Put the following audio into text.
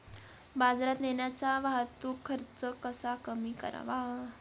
बाजारात नेण्याचा वाहतूक खर्च कसा कमी करावा?